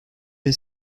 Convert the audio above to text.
bin